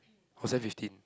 or seven fifteen